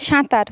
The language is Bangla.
সাঁতার